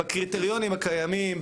בקריטריונים הקיימים,